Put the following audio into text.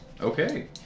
Okay